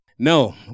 No